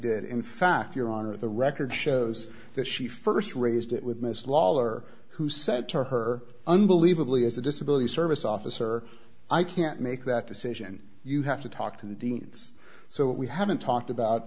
did in fact your honor the record shows that she st raised it with mrs lawler who said to her unbelievably as a disability service officer i can't make that decision you have to talk to the deans so what we haven't talked about